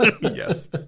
yes